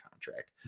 contract